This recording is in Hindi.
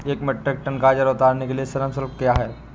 एक मीट्रिक टन गाजर उतारने के लिए श्रम शुल्क क्या है?